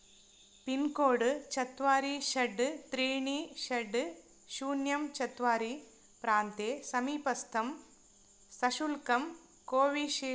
pincode चत्वारि षड् त्रीणि षड् शून्यं चत्वारि प्रान्ते समीपस्थं सशुल्कं कोविशिल्ड् व्याक्सिनेशन् केन्द्रम् अस्ति किम्